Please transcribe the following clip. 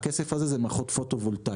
והכסף הזה הוא מערכות פוטו-וולטאיות.